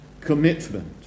commitment